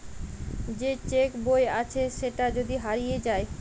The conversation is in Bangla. যে চেক বই আছে সেটা যদি হারিয়ে যায়